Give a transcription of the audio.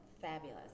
Fabulous